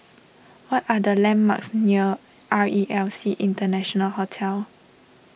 what are the landmarks near R E L C International Hotel